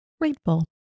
grateful